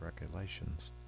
regulations